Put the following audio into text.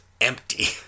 empty